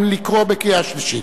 האם לקרוא בקריאה שלישית?